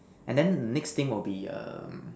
and then next thing will be um